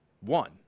one